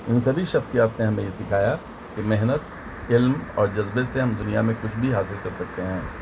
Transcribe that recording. ان سبھی شخصیات نے ہمیں یہ سکھایا کہ محنت علم اور جذبے سے ہم دنیا میں کچھ بھی حاصل کر سکتے ہیں